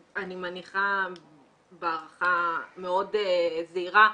אני מניחה בהערכה מאוד זהירה,